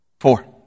Four